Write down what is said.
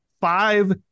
five